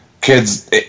kids